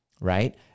right